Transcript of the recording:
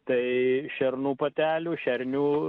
tai šernų patelių šernių